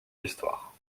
histoire